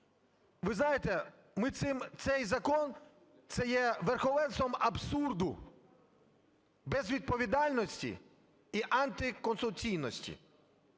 Ви знаєте, цей закон – це є верховенством абсурду, безвідповідальності і антиконституційності,